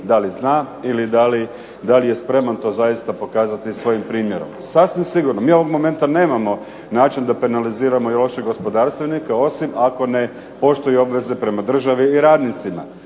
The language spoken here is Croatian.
da li zna ili da li je spreman to zaista pokazati svojim primjerom. Sasvim sigurno mi ovog momenta nemamo način da penaliziramo i loše gospodarstvenika osim ako ne poštuju obveze prema državi i radnicima.